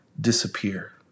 disappear